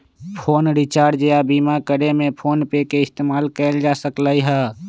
phone recharge या बीमा करे में फोनपे के इस्तेमाल कएल जा सकलई ह